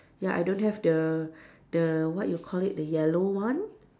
ya I don't have the the what you call it the yellow one